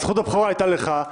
זכות הבכורה הייתה לך.